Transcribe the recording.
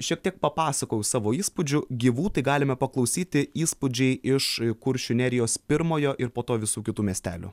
šiek tiek papasakojau savo įspūdžių gyvų tai galime paklausyti įspūdžiai iš kuršių nerijos pirmojo ir po to visų kitų miestelių